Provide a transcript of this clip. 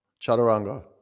Chaturanga